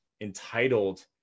entitled